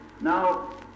Now